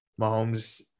Mahomes